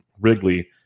Wrigley